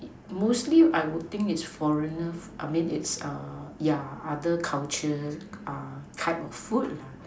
mostly I would think it's foreigner food I mean it's yeah other culture type of food